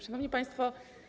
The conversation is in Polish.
Szanowni Państwo!